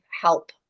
help